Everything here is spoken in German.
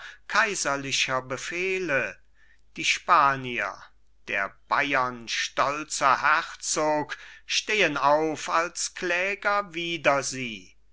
kaiserlicher befehle die spanier der bayern stolzer herzog stehen auf als kläger wider sie